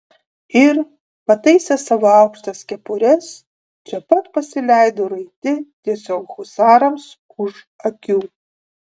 ir pataisę savo aukštas kepures čia pat pasileido raiti tiesiog husarams už akių